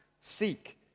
seek